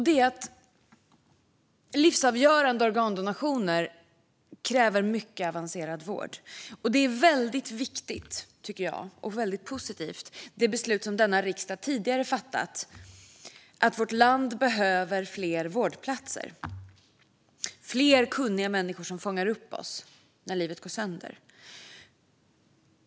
Det är att livsavgörande organdonationer kräver mycket avancerad vård. Det är väldigt viktigt och positivt med det beslut som denna riksdag tidigare fattat, att vårt land behöver fler vårdplatser och fler kunniga människor som fångar upp oss när livet går sönder.